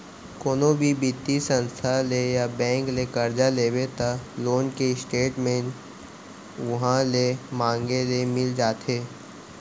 कोनो भी बित्तीय संस्था ले या बेंक ले करजा लेबे त लोन के स्टेट मेंट उहॉं ले मांगे ले मिल जाथे